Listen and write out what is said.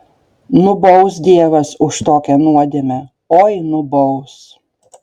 nubaus dievas už tokią nuodėmę oi nubaus